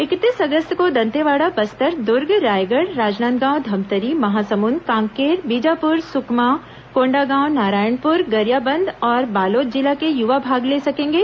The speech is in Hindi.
इकतीस अगस्त को दंतेवाड़ा बस्तर दूर्ग रायगढ़ राजनांदगांव धमतरी महासमुंद कांकेर बीजापुर सुकमा कोंडागांव नारायणपुर गरियाबंद और बालोद जिला के युवा भाग ले सकेंगे